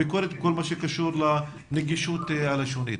הביקורת בכל מה שקשור לנגישות הלשונית.